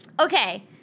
okay